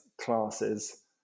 classes